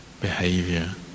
behavior